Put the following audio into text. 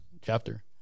chapter